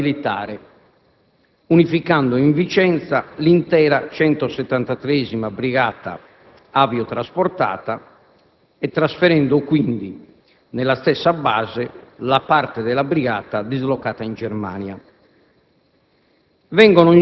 la loro presenza militare, unificando in Vicenza l'intera 173ª Brigata aviotrasportata e trasferendo quindi, nella stessa base, la parte della brigata dislocata in Germania.